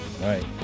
right